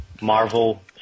Marvel